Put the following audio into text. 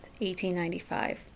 1895